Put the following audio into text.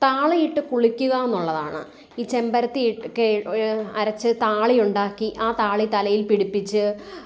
താളിയിട്ട് കുളിക്കുകയെന്നുള്ളതാണ് ഈ ചെമ്പരത്തി ഒക്കെ ഇ അരച്ച് താളി ഉണ്ടാക്കി ആ താളി തലയിൽ പിടിപ്പിച്ച്